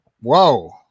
Whoa